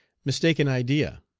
mistaken idea!